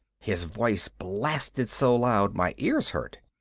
his voice blasted so loud my ears hurt.